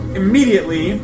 immediately